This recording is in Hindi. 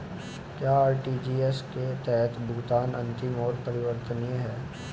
क्या आर.टी.जी.एस के तहत भुगतान अंतिम और अपरिवर्तनीय है?